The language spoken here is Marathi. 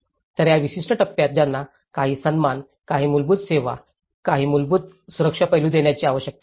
तर या विशिष्ट टप्प्यात त्यांना काही सन्मान काही मूलभूत सेवा काही मूलभूत सुरक्षा पैलू देण्याची आवश्यकता आहे